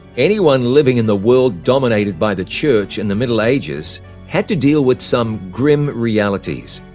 anyone living in the world dominated by the church in the middle ages had to deal with some grim realities.